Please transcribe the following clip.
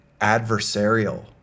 adversarial